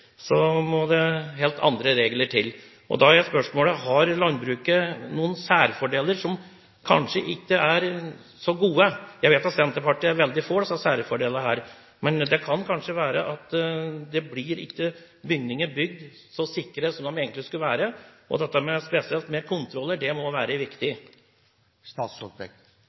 må helt andre regler til. Da er spørsmålet: Har landbruket noen særfordeler som kanskje ikke er så gode? Jeg vet at Senterpartiet er veldig for disse særfordelene, men det kan kanskje være at bygninger ikke blir bygd så sikre som de egentlig skulle være. Dette med kontroller må være spesielt viktig. Som jeg prøvde å avslutte mitt forrige innlegg med, er det